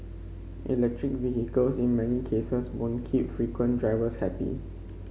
electric vehicles in many cases won't keep frequent drivers happy